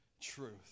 truth